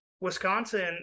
Wisconsin